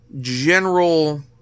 general